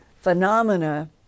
phenomena